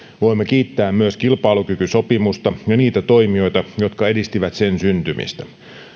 voimme kiittää myös kilpailukykysopimusta ja niitä toimijoita jotka edistivät sen syntymistä